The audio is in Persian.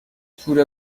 تور